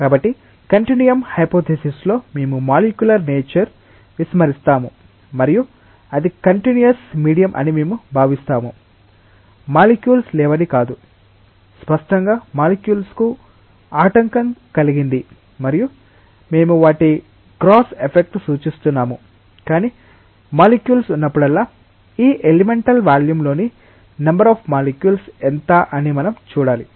కాబట్టి continuum hypothesis లో మేము మాలిక్యులర్ నేచర్ విస్మరిస్తాము మరియు అది కంటిన్యూస్ మీడియం అని మేము భావిస్తాము మాలిక్యూల్స్ లేవని కాదు స్పష్టంగా మాలిక్యూల్స్ కు ఆటంకం కలిగింది మరియు మేము వాటి గ్రాస్ ఎఫెక్ట్ సూచిస్తున్నాము కాని మాలిక్యూల్స్ ఉన్నప్పుడల్లా ఈ ఎలిమెంటల్ వాల్యూమ్లోని నెంబర్ ఆఫ్ మాలిక్యూల్స్ ఎంత అని మనం చూడాలి